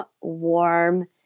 warm